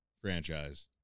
franchise